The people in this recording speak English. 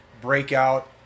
breakout